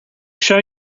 show